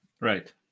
Right